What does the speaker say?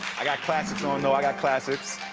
i got classics on though, i got classics.